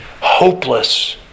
hopeless